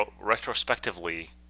retrospectively